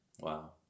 Wow